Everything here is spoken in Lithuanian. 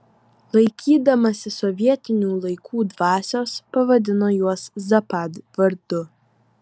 laikydamasi sovietinių laikų dvasios pavadino juos zapad vardu